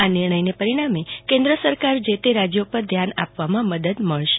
આ નિર્ણયને પરિણામે કેન્દ્ર સરકારે તે રાજયો પર પણ ધ્યાન આપવામાં આમદદ મળશે